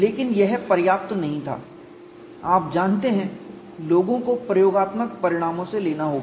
लेकिन यह पर्याप्त नहीं था आप जानते हैं लोगों को प्रयोगात्मक परिणामों से लेना होगा